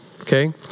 Okay